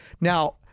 Now